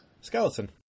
Skeleton